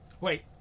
Wait